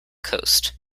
coast